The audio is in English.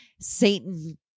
Satan